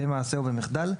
במעשה או במחדל,